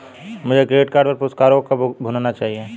मुझे credit card पर पुरस्कारों को कब भुनाना चाहिए?